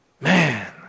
man